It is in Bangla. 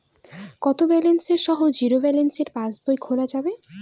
কত ব্যালেন্স সহ জিরো ব্যালেন্স পাসবই খোলা যাবে?